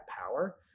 power